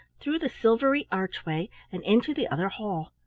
through the silvery archway, and into the other hall.